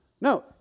No